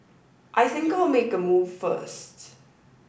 I think I'll make a move first